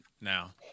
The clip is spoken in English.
now